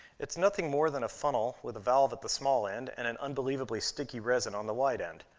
it's nothing more than a funnel with a valve at the small end and an unbelievably sticky resin on the wide end.